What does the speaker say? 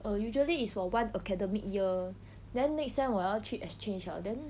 err usually is for one academic year then next sem 我要去 exchange 了 then